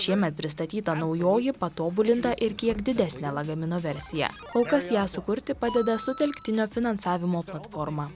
šiemet pristatyta naujoji patobulinta ir kiek didesnė lagamino versija kol kas ją sukurti padeda sutelktinio finansavimo platforma